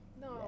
no